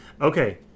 Okay